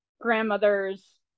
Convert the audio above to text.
grandmother's